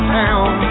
town